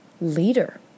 leader